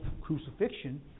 crucifixion